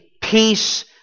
peace